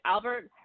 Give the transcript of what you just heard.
Albert